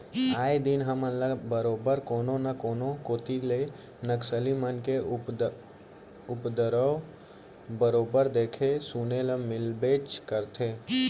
आए दिन हमन ल बरोबर कोनो न कोनो कोती ले नक्सली मन के उपदरव बरोबर देखे सुने ल मिलबेच करथे